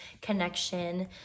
connection